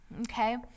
Okay